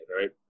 right